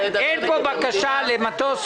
אדוני, בזמנו גם אני פניתי אליך בעניין הזה.